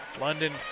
London